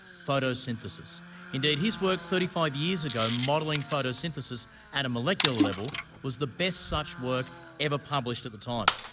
photosynthesis. indeed, his work thirty five years ago modelling photosynthesis at a molecular level was the best such work ever published at the time.